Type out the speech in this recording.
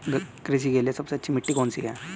कृषि के लिए सबसे अच्छी मिट्टी कौन सी है?